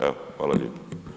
Evo hvala lijepo.